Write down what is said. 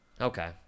Okay